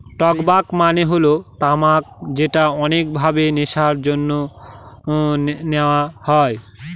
টবাক মানে হল তামাক যেটা অনেক ভাবে নেশার জন্যে নেওয়া হয়